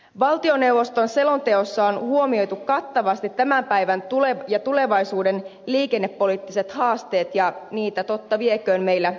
valtioneuvoston selonteossa on huomioitu kattavasti tämän päivän ja tulevaisuuden liikennepoliittiset haasteet ja niitä totta vieköön meillä riittää